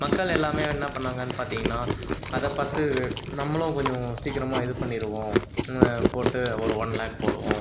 மக்கள் எல்லாமே என்ன பண்ணுணாங்கன்னு பார்த்தீங்கன்னா அதை பார்த்து நம்மளும் கொஞ்சம் சீக்கிரமா இது பண்ணிடுவோம் போட்டு ஒரு ஒன் லாக் போடுவோம்